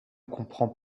comprend